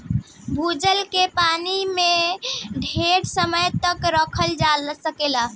भूजल के पानी के ढेर समय तक रखल जा सकेला